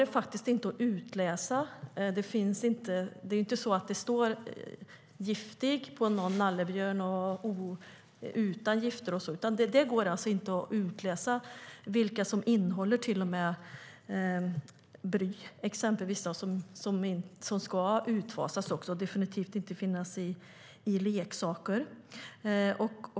Det står inte "Giftig" eller "Utan gifter" på nallebjörnarna, och det går alltså inte att utläsa vilka leksaker som innehåller olika kemikalier, exempelvis till och med bly som ska fasas ut och definitivt inte finnas i leksaker.